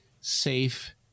safe